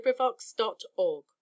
LibriVox.org